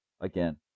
again